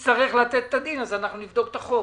שנצטרך לתת את הדין, אז אנחנו נבדוק את החוק.